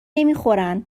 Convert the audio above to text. نمیخورن